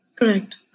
Correct